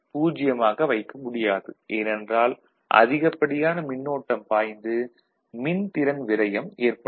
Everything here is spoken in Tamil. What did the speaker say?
பூஜ்யமாக வைக்க முடியாது ஏனென்றால் அதிகப்படியான மின்னோட்டம் பாய்ந்து மின்திறன் விரயம் ஏற்படும்